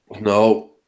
No